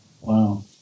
wow